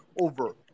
over